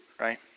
right